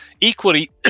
Equally